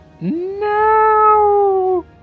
No